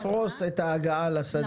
לפרוס את ההגעה לשדה.